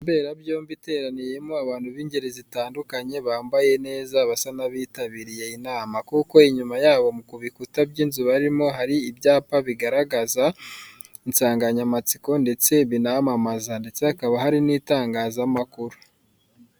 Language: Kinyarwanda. Inzu mberabyombi iteraniyemo abantu b'ingeri zitandukanye bambaye neza basa n'abitabiriye inama, kuko inyuma yabo ku bikuta by'inzu barimo hari ibyapa bigaragaza, insanganyamatsiko ndetse binamamaza ndetse hakaba hari n'itamgazamakuru.